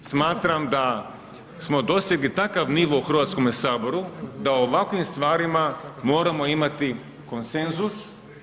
Smatram da smo dosegli takav nivo u Hrvatskome saboru, da o ovakvim stvarima moramo imati konsenzus.